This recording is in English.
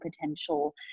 potential